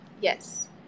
yes